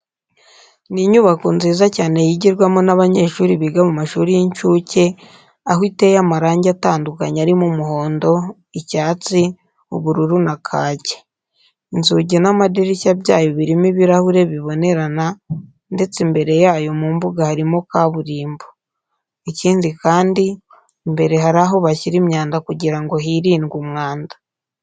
Ni inyubako nziza cyane yigirwamo n'abanyeshuri biga mu mashuri y'incuke, aho iteye amarange atandukanye arimo umuhondo, icyatsi, ubururu, na kake. Inzugi n'amadirishya byayo birimo ibirahure bibonerana ndetse imbere yayo mu mbuga harimo kaburimbo. Ikindi kandi, imbere hari aho bashyira imyanda kugira ngo hirindwe umwanda.